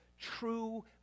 true